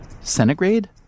Centigrade